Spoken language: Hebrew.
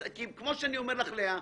כמו שאני אומר לך לאה,